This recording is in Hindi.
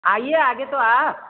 आइए आगे तो आओ